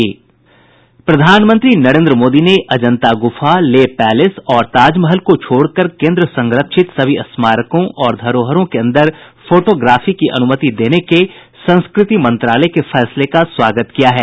प्रधानमंत्री नरेन्द्र मोदी ने अजंता गुफा लेह पैलेस और ताजमहल को छोड़कर केंद्र संरक्षित सभी स्मारकों और धरोहरों के अंदर फोटोग्राफी की अनुमति देने के संस्कृति मंत्रालय के फैसले का स्वागत किया है